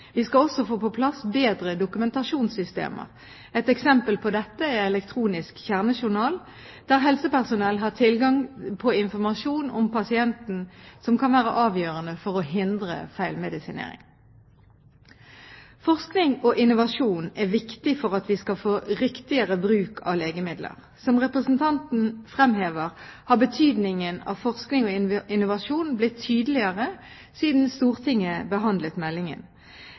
Vi skal også få på plass bedre dokumentasjonssystemer. Et eksempel på dette er elektronisk kjernejournal der helsepersonell har tilgang til informasjon om pasienten som kan være avgjørende for å hindre feilmedisinering. Forskning og innovasjon er viktig for at vi skal få riktigere bruk av legemidler. Som representanten fremhever, har betydningen av forskning og innovasjon blitt tydeligere siden Stortinget behandlet meldingen.